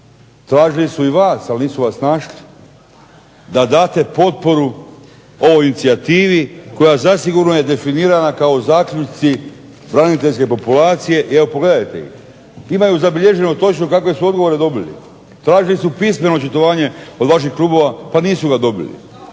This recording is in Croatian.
tražili su i vas ali nisu vas našli, da date potporu ovoj inicijativi koja zasigurno je definirana kao zaključci braniteljske populacije. I evo pogledajte ih, imaju zabilježeno točno kakve su odgovore dobili. Tražili su pismeno očitovanje od vaših klubova, pa nisu ga dobili.